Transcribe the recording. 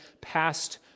passed